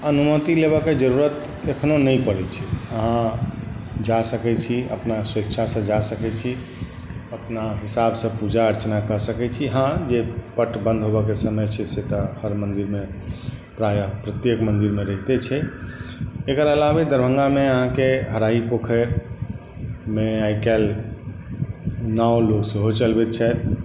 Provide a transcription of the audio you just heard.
अनुमति लेबऽ के जरुरत एखनो नहि पड़ै छै आहाँ जा सकै छी अपना स्वेच्छा सँ जा सकै छी अपना हिसाबसँ पूजा अर्चना कऽ सकै छी हॅं जे पट बन्द होबऽ के समय छै से तऽ हर मन्दिरमे प्रायः प्रत्येक मन्दिर मे रहिते छै एकर अलावे दरभंगामे आहाँके हराही पोखरिमे आइकाल्हि नाव लोक सेहो चलबैत छथि